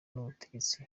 n’ubutegetsi